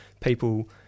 people